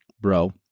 bro